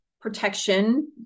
protection